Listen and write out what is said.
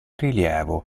rilievo